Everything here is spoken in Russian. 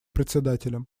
председателем